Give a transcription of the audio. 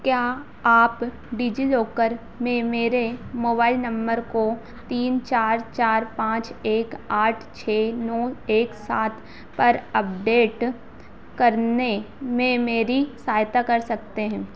क्या आप डिज़िलॉकर में मेरे मोबाइल नम्बर को तीन चार चार पाँच एक आठ छह नौ एक सात पर अपडेट करने में मेरी सहायता कर सकते हैं